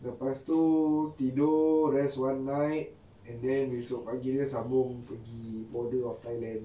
lepas tu tidur rest one night and then esok pagi just sambung pergi border of thailand